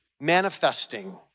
manifesting